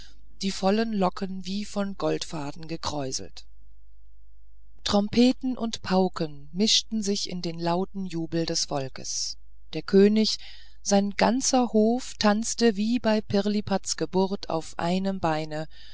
die vollen locken wie von goldfaden gekräuselt trompeten und pauken mischten sich in den lauten jubel des volks der könig sein ganzer hof tanzte wie bei pirlipats geburt auf einem beine